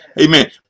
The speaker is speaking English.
Amen